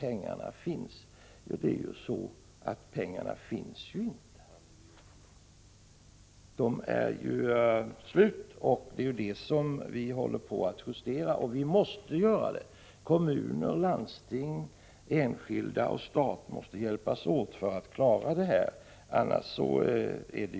Var finns pengarna, frågade hon också. Ja, de finns inte, de har tagit slut, och det måste vi göra något åt. Stat, landsting, kommuner och enskilda måste hjälpas åt för att klara ekonomin.